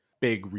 big